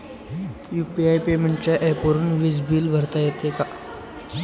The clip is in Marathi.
यु.पी.आय पेमेंटच्या ऍपवरुन वीज बिल भरता येते का?